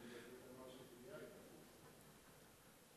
טומי לפיד אמר שיאיר זה הכי ישראלי.